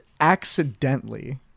accidentally